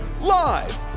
live